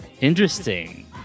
interesting